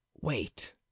wait